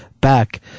back